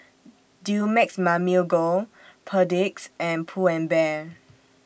Dumex Mamil Gold Perdix and Pull and Bear